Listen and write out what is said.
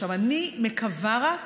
עכשיו אני מקווה רק